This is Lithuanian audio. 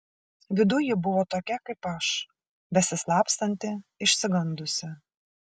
viduj ji buvo tokia kaip aš besislapstanti išsigandusi